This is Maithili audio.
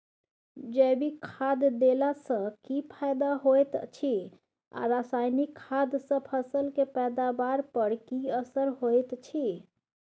जैविक खाद देला सॅ की फायदा होयत अछि आ रसायनिक खाद सॅ फसल के पैदावार पर की असर होयत अछि?